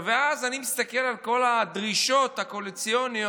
ואז אני מסתכל על כל הדרישות הקואליציוניות,